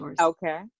Okay